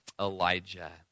Elijah